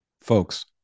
Folks